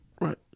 Right